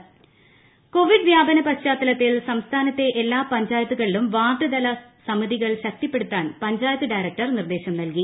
ward തല സമിതി Covid വ്യാപന പശ്ചാത്തലത്തിൽ സംസ്ഥാനത്തെ എല്ലാ പഞ്ചായത്തുകളിലും വാർഡ്തല സമിതികൾ ശക്തിപ്പെടുത്താൻ പഞ്ചായത്ത് ഡയറക്ടർ നിർദ്ദേശം നൽകി